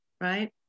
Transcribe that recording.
right